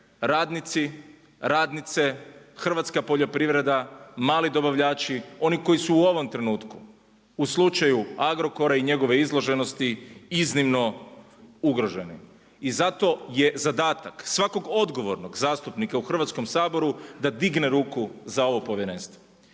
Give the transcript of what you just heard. radnici, radnice, hrvatska poljoprivreda, mali dobavljači, oni koji su u ovom trenutku, u slučaju Agrokora i njegove izloženosti iznimno ugrožene. I zato je zadatak, svakog odgovornog zastupnika u Hrvatskom saboru da digne ruku za ovo povjerenstvo.